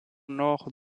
nord